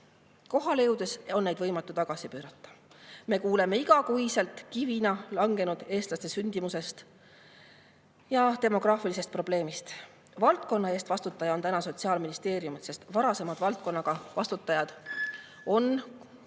kohale jõudes on neid võimatu tagasi pöörata. Me kuuleme igakuiselt eestlaste kivina langenud sündimusest ja demograafilisest probleemist. Valdkonna eest vastutab Sotsiaalministeerium, sest varasemad valdkonnaga vastutajad on kokku